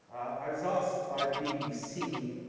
i was asked by the bbc,